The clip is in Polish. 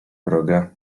wroga